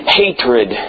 hatred